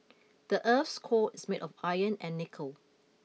the earth's core is made of iron and nickel